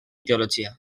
teologia